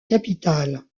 capitale